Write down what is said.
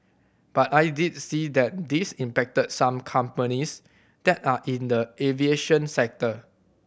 but I did see that this impacted some companies that are in the aviation sector